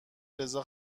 رضا